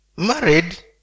married